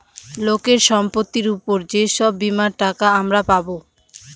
লোকের সম্পত্তির উপর যে সব বীমার টাকা আমরা পাবো